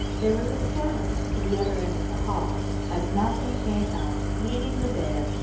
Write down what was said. there was a scattering to the other end of the hall as malcolm came out, leading the bear,